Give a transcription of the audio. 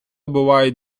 бувають